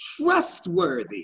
trustworthy